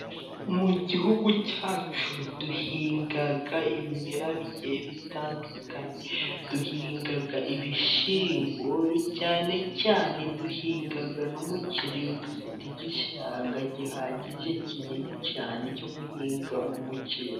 Mu gihugu cyacu duhinga ibimera bigiye bitandukanye, duhinga ibishyimbo cyane cyane, duhinga n'umuceri iyo dufite igishanga gihagije kinini cyane cyo guhingamo umuceri.